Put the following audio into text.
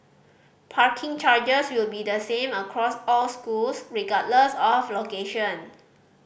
parking charges will be the same across all schools regardless of location